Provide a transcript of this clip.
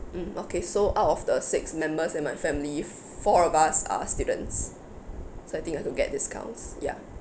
mm okay so out of the six members in my family four of us are students so I think I could get discounts ya